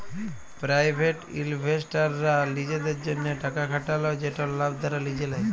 private ইলভেস্টাররা লিজেদের জ্যনহে টাকা খাটাল যেটর লাভ তারা লিজে লেই